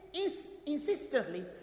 insistently